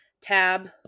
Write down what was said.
tab